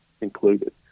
included